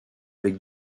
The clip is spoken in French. avec